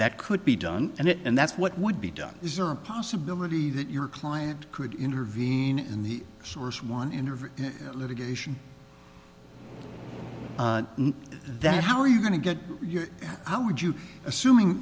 that could be done and it and that's what would be done is there a possibility that your client could intervene in the source one interview in litigation that how are you going to get your how would you assuming